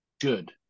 good